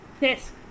yes